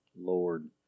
Lord